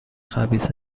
خبیث